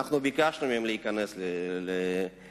אנחנו ביקשנו מהם להיכנס לקואליציה.